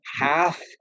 half